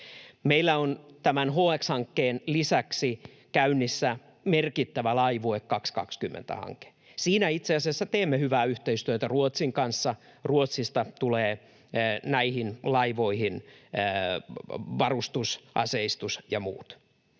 Meillä on tämän HX-hankkeen lisäksi käynnissä merkittävä Laivue 2020 ‑hanke. Siinä itse asiassa teemme hyvää yhteistyötä Ruotsin kanssa. Ruotsista tulee näihin laivoihin varustus, aseistus ja muut.